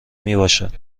میباشد